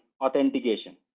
authentication